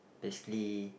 basically